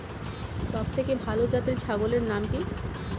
সবথেকে ভালো জাতের ছাগলের নাম কি?